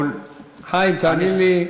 חיים, תאמין לי,